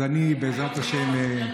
אז אני, בעזרת השם,